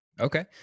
Okay